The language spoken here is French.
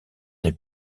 des